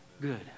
good